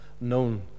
known